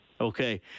Okay